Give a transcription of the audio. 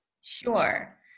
Sure